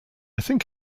think